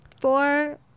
four